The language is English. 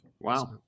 Wow